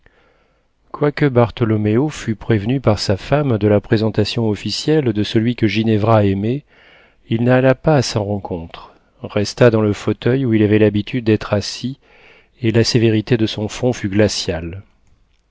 quoique bartholoméo fût prévenu par sa femme de la présentation officielle de celui que ginevra aimait il n'alla pas à sa rencontre resta dans le fauteuil où il avait l'habitude d'être assis et la sévérité de son front fut glaciale